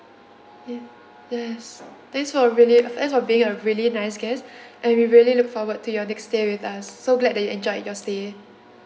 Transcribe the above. ya yes thanks for really thanks for being a really nice guest and we really look forward to your next stay with us so glad that you enjoyed your stay